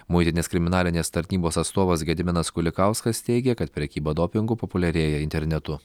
muitinės kriminalinės tarnybos atstovas gediminas kulikauskas teigia kad prekyba dopingu populiarėja internetu